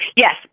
yes